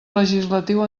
legislatiu